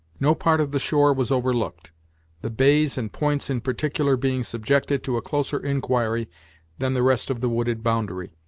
no part of the shore was overlooked the bays and points in particular being subjected to a closer inquiry than the rest of the wooded boundary.